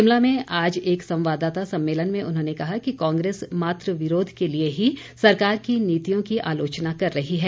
शिमला में आज एक संवाददाता सम्मेलन में उन्होंने कहा कि कांग्रेस मात्र विरोध के लिए ही सरकार की नीतियों की आलोचना कर रही है